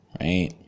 Right